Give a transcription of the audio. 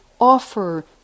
offer